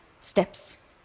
steps